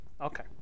Okay